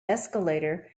escalator